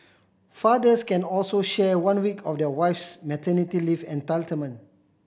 fathers can also share one week of their wife's maternity leave entitlement